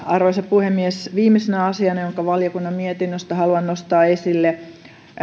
arvoisa puhemies viimeisenä asiana jonka valiokunnan mietinnöstä haluan nostaa esille